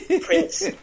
Prince